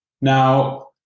now